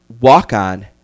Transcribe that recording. walk-on